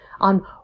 on